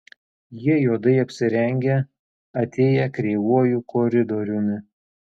jie juodai apsirengę atėję kreivuoju koridoriumi